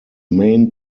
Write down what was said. main